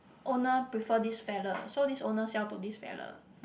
owner prefer this fella so this owner sell to this fella